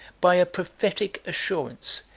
by a prophetic assurance,